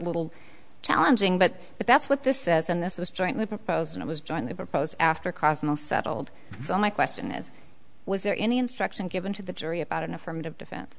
little challenging but but that's what this says and this was jointly proposed and it was jointly proposed after crossing the settled so my question is was there any instruction given to the jury about an affirmative defen